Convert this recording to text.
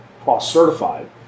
cross-certified